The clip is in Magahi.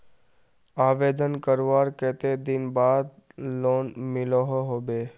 आवेदन करवार कते दिन बाद लोन मिलोहो होबे?